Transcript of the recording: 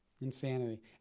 Insanity